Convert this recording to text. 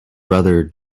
brother